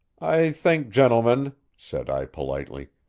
i think, gentlemen, said i politely,